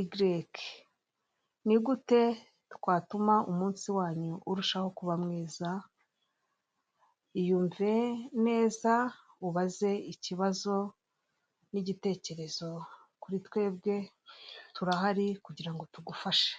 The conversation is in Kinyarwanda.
igereke ni gute twatuma umunsi wanyu urushaho kuba mwiza, iyumve neza ubaze ikibazo n'igitekerezo kuri twebwe turahari kugira ngo tugufashe.